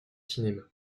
cinéma